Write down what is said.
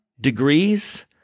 degrees